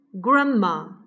Grandma